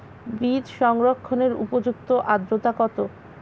বীজ সংরক্ষণের উপযুক্ত আদ্রতা কত?